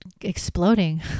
exploding